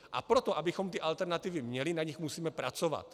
A pro to, abychom ty alternativy měli, na nich musíme pracovat.